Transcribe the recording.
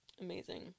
Amazing